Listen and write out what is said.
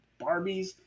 Barbies